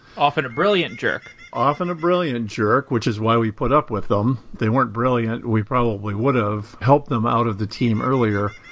often a brilliant jerk. often a brilliant jerk, which is why we put up with them. if they weren't brilliant, we probably would've helped them out of the team earlier.